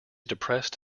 depressed